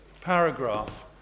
paragraph